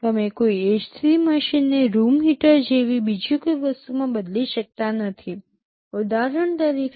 તમે કોઈ એસી મશીનને રૂમ હીટર જેવી બીજી કોઈ વસ્તુમાં બદલી શકતા નથી ઉદાહરણ તરીકે